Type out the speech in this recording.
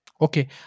Okay